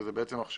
שזה בעצם עכשיו,